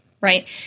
Right